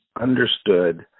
understood